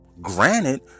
granted